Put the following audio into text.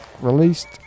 released